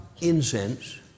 incense